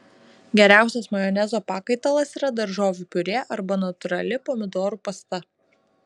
geriausias majonezo pakaitalas yra daržovių piurė arba natūrali pomidorų pasta